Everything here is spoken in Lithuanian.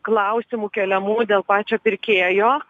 klausimų keliamų dėl pačio pirkėjo